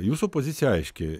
jūsų pozicija aiški